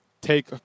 take